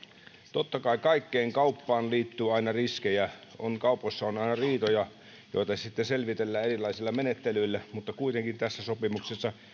totta kai kaikkeen kauppaan liittyy aina riskejä kaupoissa on aina riitoja joita sitten selvitellään erilaisilla menettelyillä mutta kuitenkin tässä sopimuksessa